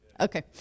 Okay